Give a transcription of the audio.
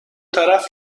طرف